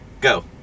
Go